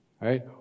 Right